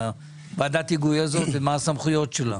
ועדת ההיגוי הזאת, מה הסמכויות שלה?